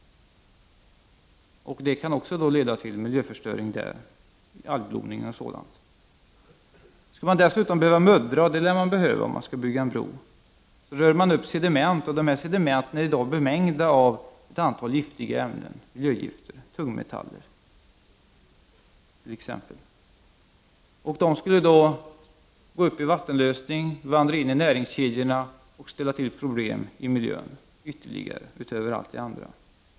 Det kan leda till miljöförstöring där, algblomning och sådant. Skulle man dessutom behöva muddra, och det lär man behöva om man skall bygga en bro, rör man upp sediment som i dag är bemängda med ett antal miljögifter, tungmetaller t.ex. De skulle då gå upp i vattenlösning, vandra in i näringskedjorna och ställa till ytterligare problem i miljön, utöver allt det andra.